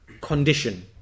condition